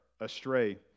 astray